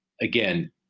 again